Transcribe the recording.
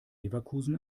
leverkusen